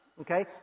okay